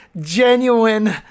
genuine